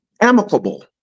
amicable